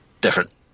different